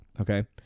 Okay